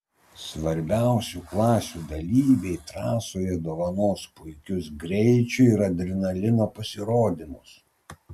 svarbiausių klasių dalyviai trasoje dovanos puikius greičio ir adrenalino pasirodymus